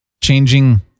changing